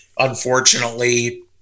Unfortunately